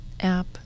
app